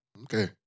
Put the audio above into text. Okay